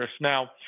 Now